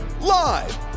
live